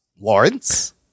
Lawrence